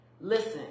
listen